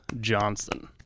Johnson